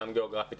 גם גאוגרפית.